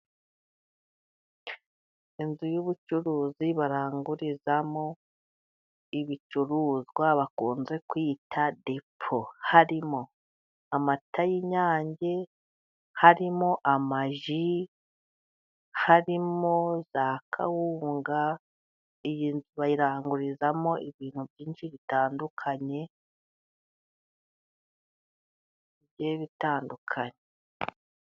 Inzu y'ubucuruzi barangurizamo ibicuruzwa bakunze kwita depo, harimo amata y'inyange, harimo amaji, harimo za kawunga, iyi nzu bayirangurizamo ibintu byinshi bitandukanye.